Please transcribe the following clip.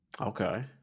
Okay